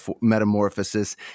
metamorphosis